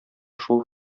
шул